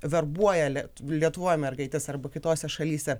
verbuoja liet lietuvoj mergaites arba kitose šalyse